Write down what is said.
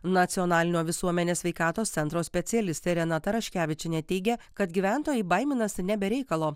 nacionalinio visuomenės sveikatos centro specialistė irena taraškevičienė teigė kad gyventojai baiminasi ne be reikalo